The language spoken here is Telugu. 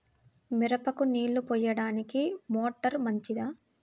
మిరపకు నీళ్ళు పోయడానికి మోటారు మంచిదా?